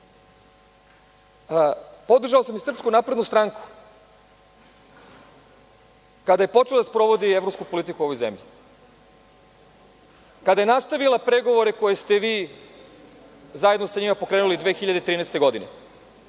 Vlade. Podržao sam i SNS kada je počela da sprovodi evropsku politiku u ovoj zemlji, kada je nastavila pregovore koje ste vi zajedno sa njima pokrenuli 2013. godine.